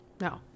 No